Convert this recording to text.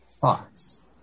Thoughts